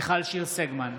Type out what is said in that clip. נגד מיכל שיר סגמן,